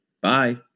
Bye